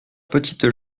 petite